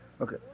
okay